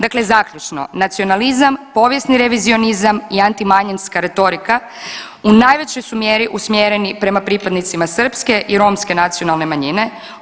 Dakle zaključno, nacionalizam, povijesni revizionizam i antimanjinska retorika u najvećoj su mjeri usmjereni prema pripadnicima srpske i romske nacionalne manjine.